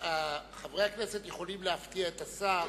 חברי הכנסת יכולים להפתיע את השר